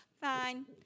Fine